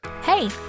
Hey